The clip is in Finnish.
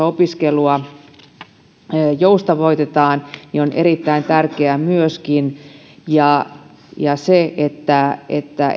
opiskelua joustavoitetaan on erittäin tärkeää ja ja se on tärkeää että